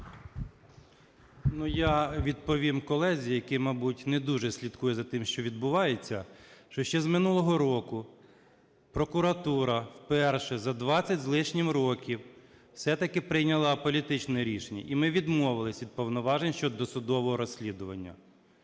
я відповім колезі, який, мабуть, не дуже слідкує за тим, що відбувається, що ще з минулого року прокуратура вперше за 20 з лишнім років все-таки прийняла політичне рішення і ми відмовилися від повноважень щодо досудового розслідування.